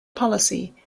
policy